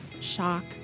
shock